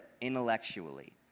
intellectually